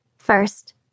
First